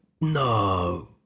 No